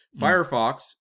Firefox